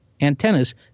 antennas